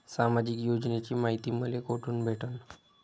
सामाजिक योजनेची मायती मले कोठून भेटनं?